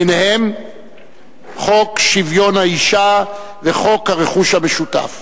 וביניהם חוק שוויון האשה וחוק הרכוש המשותף.